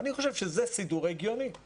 אני חושב שזה סידור הגיוני כי